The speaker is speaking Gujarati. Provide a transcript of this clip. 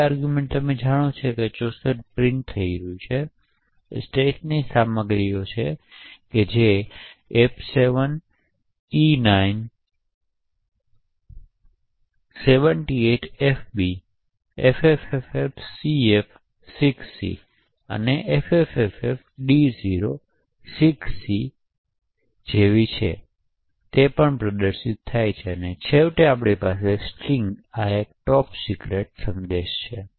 બીજું આરગ્યૂમેંટ અને તમે જાણો છો કે 64 પ્રિન્ટ થઈ રહ્યું છે અને તે જ રીતે સ્ટેકની અન્ય સામગ્રીઓ જે f7e978fb ffffcf6c અને ffffd06c જેવી છે તે પણ પ્રદર્શિત થાય છે અને છેવટે આપણી પાસે સ્ટ્રિંગ આ એક top secret સંદેશ છે